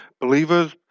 believers